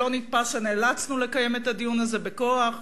זה לא נתפס שנאלצנו לקיים את הדיון הזה בכוח.